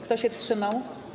Kto się wstrzymał?